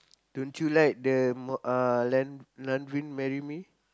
don't you like the m~ uh land Lanvin marry me